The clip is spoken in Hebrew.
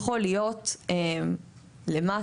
יכול להיות למטה,